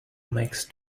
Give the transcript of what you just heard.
mix